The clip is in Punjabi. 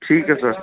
ਠੀਕ ਐ ਸਰ